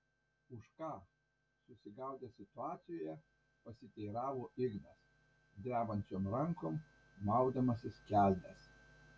už ką susigaudęs situacijoje pasiteiravo ignas drebančiom rankom maudamasis kelnes